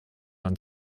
und